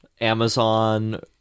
Amazon